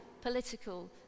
political